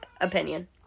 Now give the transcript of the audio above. opinion